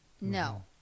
no